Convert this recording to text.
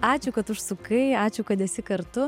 ačiū kad užsukai ačiū kad esi kartu